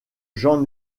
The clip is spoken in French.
jean